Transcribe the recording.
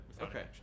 Okay